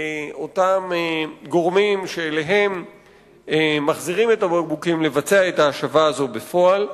אותם גורמים שאליהם מחזירים את הבקבוקים לבצע את ההשבה הזאת בפועל.